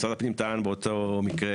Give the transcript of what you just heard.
משרד הפנים טען באותו מקרה